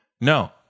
No